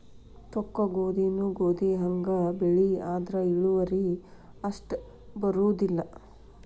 ತೊಕ್ಕಗೋಧಿನೂ ಗೋಧಿಹಂಗ ಬೆಳಿ ಆದ್ರ ಇಳುವರಿ ಅಷ್ಟ ಬರುದಿಲ್ಲಾ